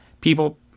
People